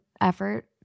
effort